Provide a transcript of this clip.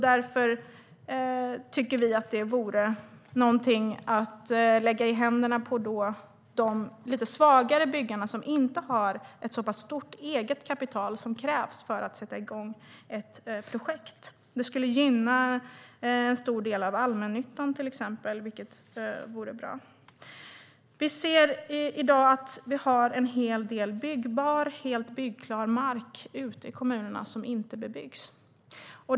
Därför tycker vi att det vore något att lägga i händerna på de lite svagare byggare som inte har ett så stort eget kapital som krävs för att sätta igång ett projekt. Det skulle till exempel gynna en stor del av allmännyttan, vilket vore bra. Vi ser i dag att vi har en hel del byggbar och helt byggklar mark ute i kommunerna som inte bebyggs.